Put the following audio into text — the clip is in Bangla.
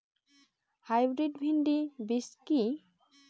হাইব্রিড ভীন্ডি বীজ কি?